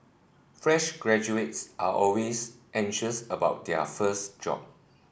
fresh graduates are always anxious about their first job